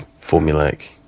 formulaic